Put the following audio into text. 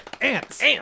Ants